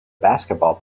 basketball